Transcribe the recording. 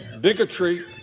bigotry